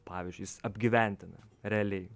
pavyzdžiui jis apgyvendina realiai